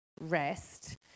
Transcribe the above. rest